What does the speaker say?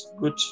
good